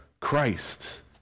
Christ